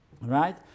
right